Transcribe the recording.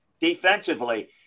defensively